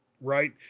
right